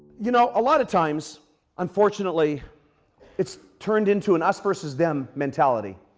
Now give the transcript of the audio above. you know, a lot of times unfortunately it's turned into an us versus them mentality.